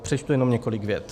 Přečtu jenom několik vět.